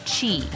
Chi